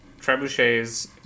trebuchets